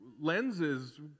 lenses